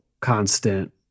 constant